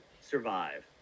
survive